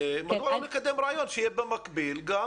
שיהיה במקביל גם